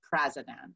president